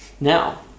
Now